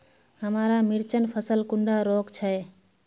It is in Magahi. हमार मिर्चन फसल कुंडा रोग छै?